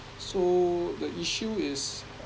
so the issue is